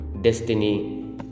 destiny